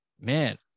Man